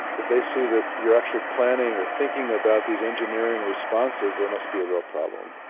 if they see that you are actually planning or thinking about these engineering responses, there must be a real problem.